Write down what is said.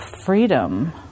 freedom